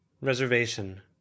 Reservation